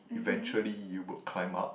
eventually you will climb up